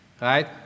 right